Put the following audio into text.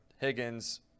higgins